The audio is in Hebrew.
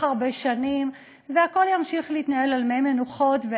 הרבה שנים והכול ימשיך להתנהל על מי מנוחות.